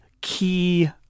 key